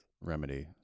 remedy